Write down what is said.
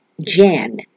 Jan